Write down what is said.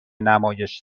نمایش